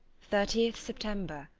thirty september.